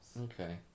Okay